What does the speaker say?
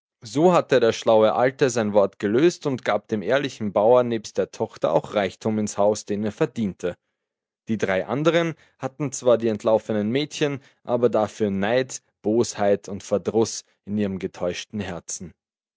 so hatte der schlaue alte sein wort gelöst und gab dem ehrlichen bauer nebst der tochter auch reichtum ins haus den er verdiente die drei andern hatten zwar die entlaufenen mädchen aber dafür neid bosheit und verdruß in ihrem getäuschten herzen